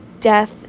death